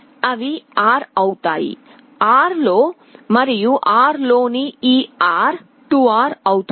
అవి R అవుతాయి R లో మరియు R లోని ఈ R 2R అవుతుంది